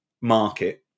market